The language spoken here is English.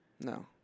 No